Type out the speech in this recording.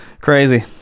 Crazy